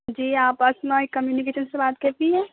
جی آپ آسمائی کمنیوکیشن سے بات کر رہی ہیں